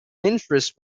interests